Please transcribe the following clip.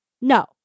no